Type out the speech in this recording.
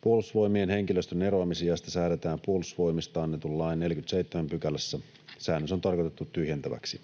Puolustusvoimien henkilöstön eroamisiästä säädetään puolustusvoimista annetun lain 47 §:ssä. Säännös on tarkoitettu tyhjentäväksi.